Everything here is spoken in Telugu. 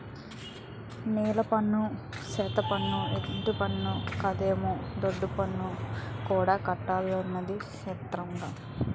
నీలపన్ను, సెత్తపన్ను, ఇంటిపన్నే కాదమ్మో దొడ్డిపన్ను కూడా కట్టాలటొదినా సిత్రంగా